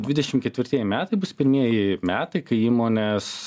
dvidešim ketvirtieji metai bus pirmieji metai kai įmonės